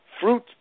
fruit